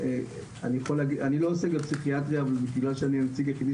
אני לא עוסק בפסיכיאטריה אבל בגלל שאני הנציג היחידי